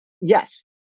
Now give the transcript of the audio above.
yes